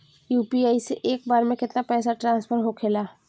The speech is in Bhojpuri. यू.पी.आई से एक बार मे केतना पैसा ट्रस्फर होखे ला?